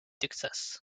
texas